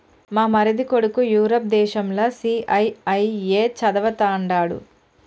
మా మరిది కొడుకు యూరప్ దేశంల సీఐఐఏ చదవతండాడు